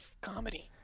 comedy